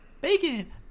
bacon